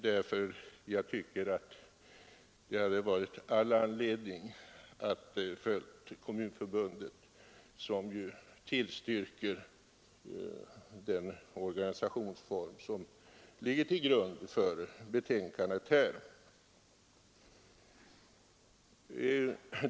Jag tycker nämligen att det har funnits all anledning att följa Kommunförbundet, som ju tillstyrker den organisationsform som ligger till grund för betänkandet.